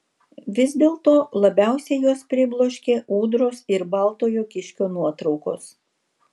vis dėlto labiausiai juos pribloškė ūdros ir baltojo kiškio nuotraukos